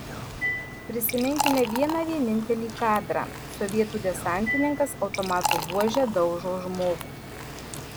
prisiminkime vieną vienintelį kadrą sovietų desantininkas automato buože daužo žmogų